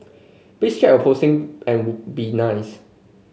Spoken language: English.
please check your posting and be nice